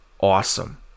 awesome